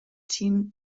team